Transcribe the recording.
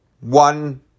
one